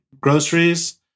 groceries